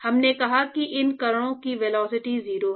हमने कहा कि इन कणों की वेलोसिटी 0 है